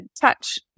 touch